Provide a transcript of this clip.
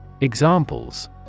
examples